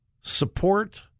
support